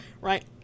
right